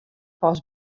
pas